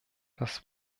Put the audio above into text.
das